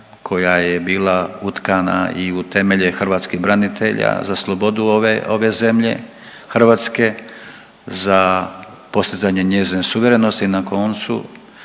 koja je bila utkana i u temelje hrvatskih branitelja za slobodu ove zemlje Hrvatske, za postizanje njezine suverenosti, na koncu